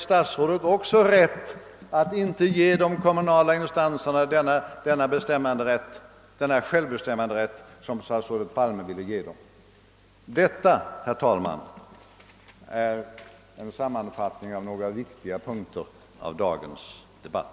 Statsrådet förbehåller sig därför möjligheten att inte ge de kommunala instanserna den självbestämmanderätt som herr Palme ville ge dem. Detta, herr talman, är en sammanfattning av några viktiga punkter i dagens debatt.